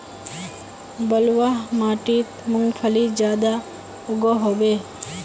बलवाह माटित मूंगफली ज्यादा उगो होबे?